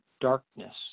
darkness